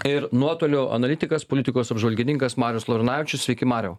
ir nuotoliu analitikas politikos apžvalgininkas marius laurinavičius sveiki mariau